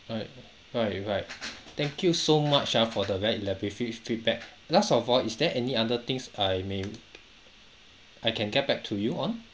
alright alright you're right thank you so much ah for the very elaborate feed~ feedback last of all is there any other things I may I can get back to you on